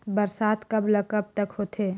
बरसात कब ल कब तक होथे?